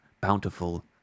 bountiful